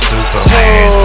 Superman